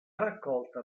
raccolta